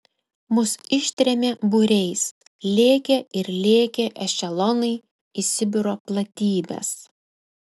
mus ištrėmė būriais lėkė ir lėkė ešelonai į sibiro platybes